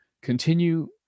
continue